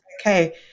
okay